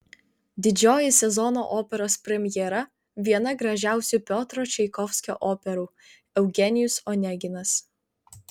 didžioji sezono operos premjera viena gražiausių piotro čaikovskio operų eugenijus oneginas